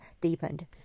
deepened